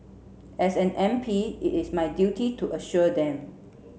as an M P it is my duty to assure them